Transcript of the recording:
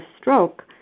stroke